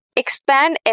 expand